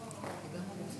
ההצעה להעביר